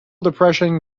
depression